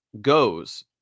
goes